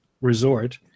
resort